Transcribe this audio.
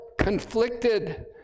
conflicted